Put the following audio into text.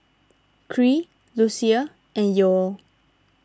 Khiry Lucia and Yoel